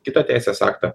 kitą teisės aktą